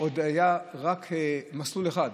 עוד היה רק מסלול אחד.